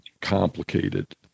complicated